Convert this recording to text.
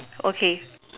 okay